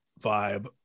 vibe